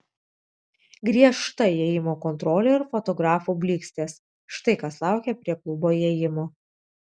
griežta įėjimo kontrolė ir fotografų blykstės štai kas laukė prie klubo įėjimo